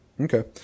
okay